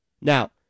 Now